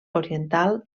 oriental